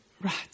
Right